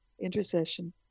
intercession